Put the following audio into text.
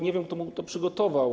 Nie wiem, kto mu to przygotował.